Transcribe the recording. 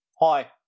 Hi